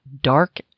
dark